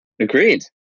Agreed